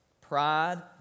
Pride